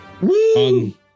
Woo